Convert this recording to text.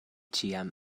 ĉiam